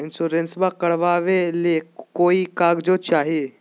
इंसोरेंसबा करबा बे ली कोई कागजों चाही?